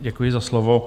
Děkuji za slovo.